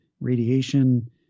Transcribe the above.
radiation